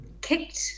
kicked